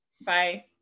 bye